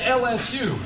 lsu